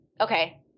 Okay